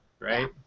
right